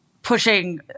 Pushing